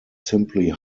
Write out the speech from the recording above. simply